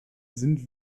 sind